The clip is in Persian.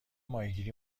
ماهیگیری